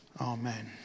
Amen